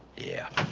yeah.